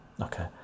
Okay